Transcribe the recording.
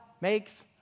makes